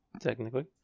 technically